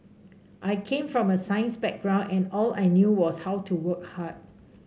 I came from a science background and all I knew was how to work hard